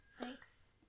Thanks